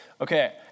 Okay